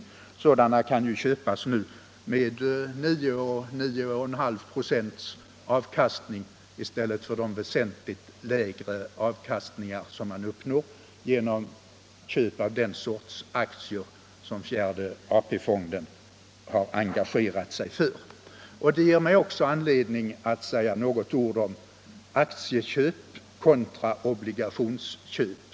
Obligationer kan ju köpas nu med 9-9,5 96 avkastning att jämföra med den väsentligt lägre avkastning man uppnår genom köp av den sortens aktier som fjärde AP-fonden har engagerat sig för. Detta ger mig också anledning säga några ord om aktieköp kontra obligationsköp.